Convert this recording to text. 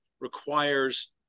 requires